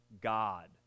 God